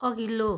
अघिल्लो